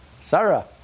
Sarah